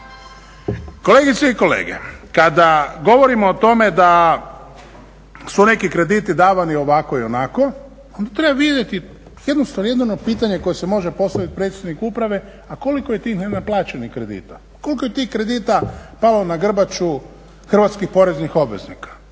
Kolegice i kolege, kada govorimo o tome da su neki krediti davani ovako i onako, onda treba vidjeti, jednostavno jedno pitanje koje se može postaviti predsjedniku uprave, a koliko je tih nenaplaćenih kredita? Koliko je tih kredita palo na grbaču hrvatskih poreznih obveznika?